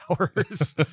hours